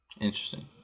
Interesting